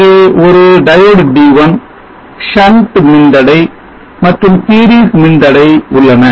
அங்கே ஒரு diode D1 shunt மின்தடை மற்றும் series மின் தடை உள்ளன